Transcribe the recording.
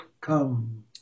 come